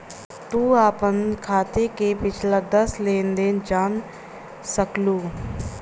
तू आपन खाते क पिछला दस लेन देनो जान सकलू